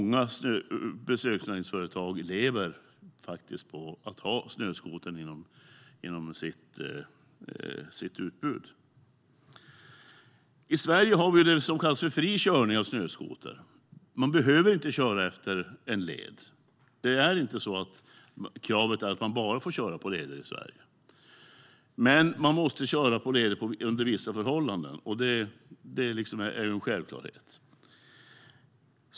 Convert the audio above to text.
Många besöksnäringsföretag lever faktiskt på att ha snöskoterkörning i sitt utbud. I Sverige har vi det som kallas för fri körning av snöskoter. Man behöver inte köra på en led. Kravet är inte att man får köra bara på leder i Sverige. Men man måste köra på leder under vissa förhållanden, vilket är en självklarhet.